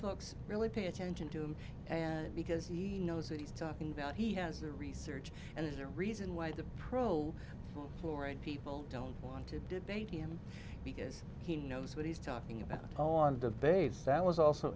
it's really pay attention to him and because he knows what he's talking about he has the research and there's a reason why the prole fluorite people don't want to debate him because he knows what he's talking about on the basis that was also